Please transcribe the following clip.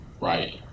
right